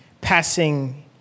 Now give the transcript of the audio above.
passing